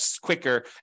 quicker